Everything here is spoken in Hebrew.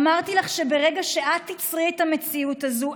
אמרתי לך שברגע שאת תיצרי את המציאות הזאת,